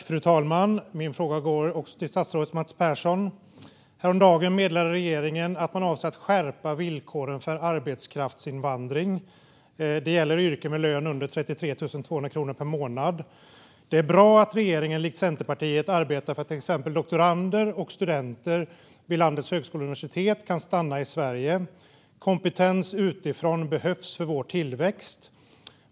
Fru talman! Min fråga går också till statsrådet Mats Persson. Häromdagen meddelade regeringen att man avser att skärpa villkoren för arbetskraftsinvandring. Det gäller yrken med lön under 33 200 kronor per månad. Det är bra att regeringen, likt Centerpartiet, arbetar för att till exempel doktorander och studenter vid landets högskolor och universitet kan stanna i Sverige. Kompetens utifrån behövs för vår tillväxt.